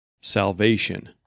Salvation